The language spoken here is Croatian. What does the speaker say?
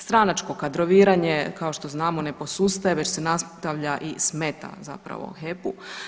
Stranačko kadroviranje kao što znamo ne posustaje već se nastavlja i smeta zapravo HEP-u.